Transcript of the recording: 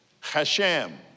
Hashem